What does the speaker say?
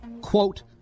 Quote